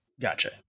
Gotcha